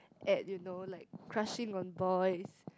at you know like crushing on boys